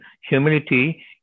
humility